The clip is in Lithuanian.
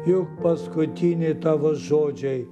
juk paskutiniai tavo žodžiai